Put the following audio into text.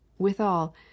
Withal